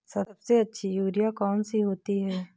सबसे अच्छी यूरिया कौन सी होती है?